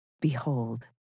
Behold